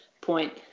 point